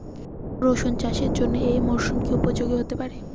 রসুন চাষের জন্য এই মরসুম কি উপযোগী হতে পারে?